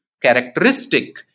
characteristic